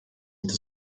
mida